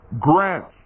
grants